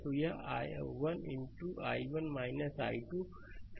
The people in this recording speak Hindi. तो यह 1 i1 i2 है